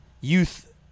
youth